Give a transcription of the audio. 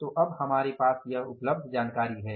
तो अब हमारे पास यह उपलब्ध जानकारी है